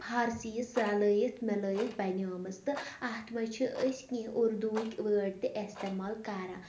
فارسی یَس رَلٲیِتھ مِلٲیِتھ بنٲومٕژ تہٕ اَتھ منٛز چھِ أسۍ کینٛہہ اُردووٕکۍ وٲڑ تہِ استعمال کَران